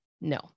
No